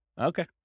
Okay